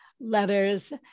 letters